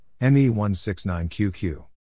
ME169QQ